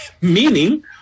Meaning